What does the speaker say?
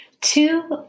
two